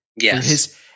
Yes